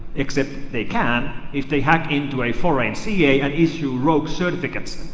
except they can, if they hack into a foreign ca and issue rogue certificates.